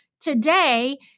today